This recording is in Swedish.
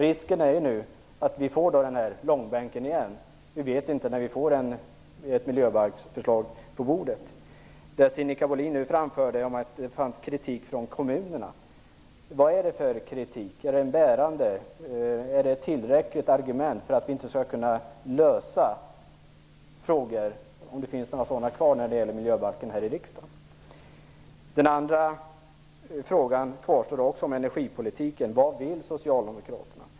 Risken är att vi på nytt får en långbänk. Vi vet inte när vi får ett förslag om en miljöbalk på bordet. Sinikka Bohlin sade att det nu finns kritik från kommunerna. Vad är det för kritik? Är den befogad och ett tillräckligt argument för att vi inte här i riksdagen skall kunna lösa de eventuella frågor som finns kvar när det gäller miljöbalken? Den andra frågan kvarstår också. Den gäller energipolitiken. Vad vill Socialdemokraterna?